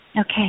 Okay